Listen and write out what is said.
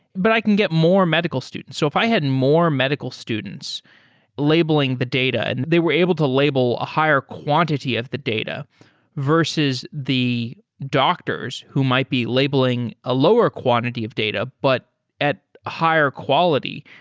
but i can get more medical students. so if i had more medical students labeling the data and they were able to label a higher quantity of the data versus the doctors who might be labeling a lower quantity of data, but at a higher quality,